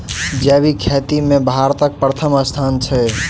जैबिक खेती मे भारतक परथम स्थान छै